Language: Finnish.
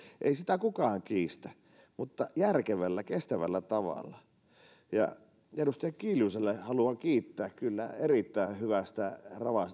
ei sitä kukaan kiistä mutta järkevällä kestävällä tavalla edustaja kiljusta haluan kiittää kyllä erittäin hyvästä